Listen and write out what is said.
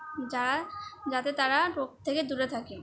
যারা যাতে তারা রোগ থেকে দূরে থাকে